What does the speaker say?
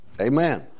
Amen